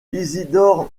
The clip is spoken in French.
isidore